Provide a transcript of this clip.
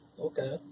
okay